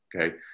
Okay